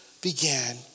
began